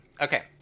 Okay